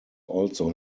also